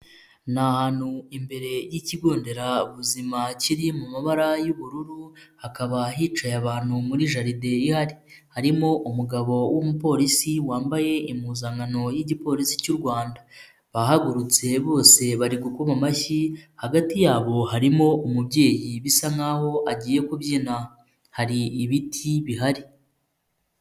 Ni ahantu imbere y'ikigo nderabuzima, kiri mu mabara y'ubururu, hakaba hicaye abantu muri jalide, harimo umugabo w'umupolisi wambaye impuzankano y'igipolisi cy'u Rwanda, bahagurutse bose bari gukoma amashyi, hagati yabo harimo umubyeyi bisa nk'aho agiye kubyina, hari ibiti bihari.